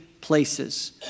places